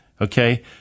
okay